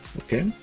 Okay